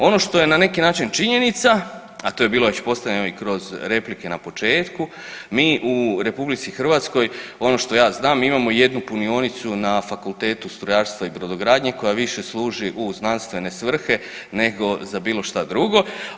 Ono što je na neki način činjenica, a to je bilo već postavljeno i kroz replike na početku, mi u RH ono što ja znam mi imamo jednu punionicu na Fakultetu strojarstva i brodogradnje koja više služi u znanstvene svrhe nego za bilo šta drugo.